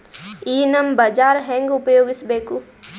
ಈ ನಮ್ ಬಜಾರ ಹೆಂಗ ಉಪಯೋಗಿಸಬೇಕು?